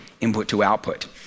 input-to-output